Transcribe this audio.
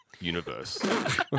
universe